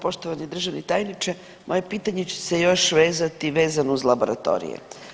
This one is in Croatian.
Poštovani državni tajniče moje pitanje će se još vezati vezano uz laboratorije.